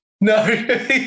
No